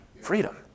Freedom